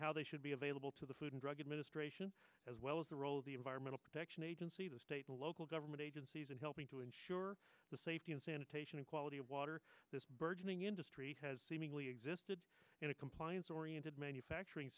how they should be available to the food and drug administration as well as the role of the environmental protection agency the state and local government agencies in helping to ensure the safety and sanitation and quality of water this burgeoning industry has seemingly existed in a compliance oriented manufacturing